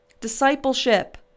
Discipleship